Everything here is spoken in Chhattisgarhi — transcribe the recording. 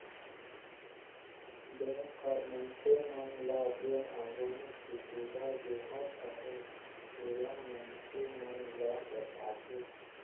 बेंक हर मइनसे मन ल जेन आधुनिक सुबिधा देहत अहे तेला मइनसे मन ल बताथे